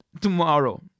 tomorrow